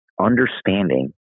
Understanding